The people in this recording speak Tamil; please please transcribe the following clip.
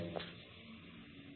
Glossary